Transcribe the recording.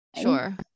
Sure